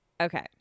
Okay